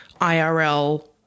IRL